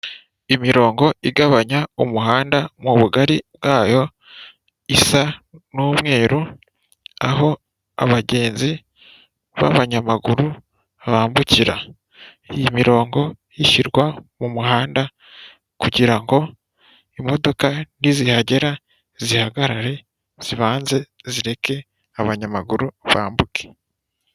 Imirongo igabanya umuhanda mu bugari bwayo isa n'umweru, aho abagenzi b'abanyamaguru bambukira. Iyi mirongo ishyirwa mu muhanda kugira ngo imodoka nizihagera zihagarare, zibanze zireke abanyamaguru bambuke.